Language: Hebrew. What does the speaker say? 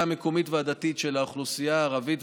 המקומית והדתית של האוכלוסייה הערבית,